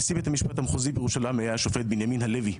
נשיא ביצת המשפט המחוזי בירושלים היה השופט בנימין הלוי.